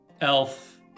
elf